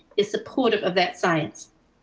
is supportive of that science.